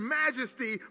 majesty